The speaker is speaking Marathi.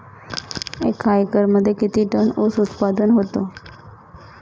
एका एकरमध्ये किती टन ऊस उत्पादन होतो?